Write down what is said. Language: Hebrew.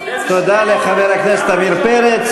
אחר כך תגידו שעושים הסתה.